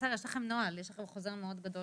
בסדר יש לכם נוהל ויש לכם חוזר מאוד גדול